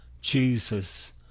Jesus